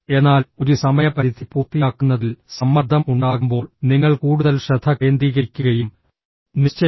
എന്നാൽ ഒരു സമയപരിധി പൂർത്തിയാക്കുന്നതിൽ സമ്മർദ്ദം ഉണ്ടാകുമ്പോൾ നിങ്ങൾ കൂടുതൽ ശ്രദ്ധ കേന്ദ്രീകരിക്കുകയും നിശ്ചയിച്ചു